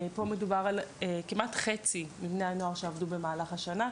פה מדובר על כמעט חצי מבני הנוער שעבדו במהלך השנה,